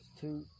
two